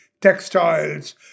textiles